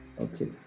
Okay